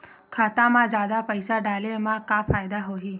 खाता मा जादा पईसा डाले मा का फ़ायदा होही?